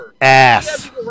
ass